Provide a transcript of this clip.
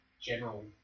general